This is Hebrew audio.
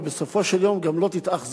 ובסופו של יום גם לא תתאכזבו,